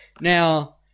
Now